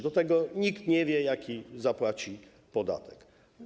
Do tego nikt nie wie, jaki zapłaci podatek.